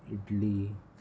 idli